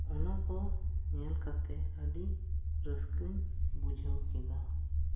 ᱚᱱᱟ ᱠᱚ ᱧᱮᱞ ᱠᱟᱛᱮ ᱟᱹᱰᱤ ᱨᱟᱹᱥᱠᱟᱹᱧ ᱵᱩᱡᱷᱟᱹᱣ ᱠᱮᱫᱟ